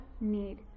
need